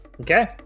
Okay